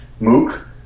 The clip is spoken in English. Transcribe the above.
MOOC